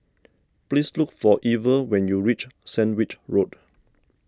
please look for Lver when you reach Sandwich Road